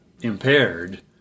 impaired